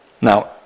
Now